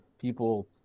people